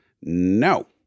no